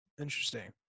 interesting